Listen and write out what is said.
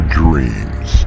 dreams